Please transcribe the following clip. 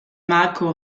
marco